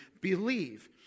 believe